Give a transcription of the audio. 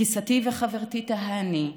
גיסתי וחברתי תהאני,